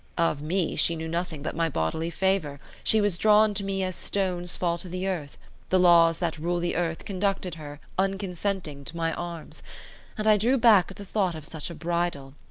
of me, she knew nothing but my bodily favour she was drawn to me as stones fall to the earth the laws that rule the earth conducted her, unconsenting, to my arms and i drew back at the thought of such a bridal,